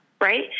right